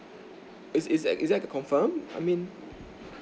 is is that is that confirmed I mean